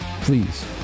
Please